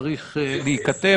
צריך להיכתב,